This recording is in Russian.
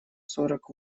сорок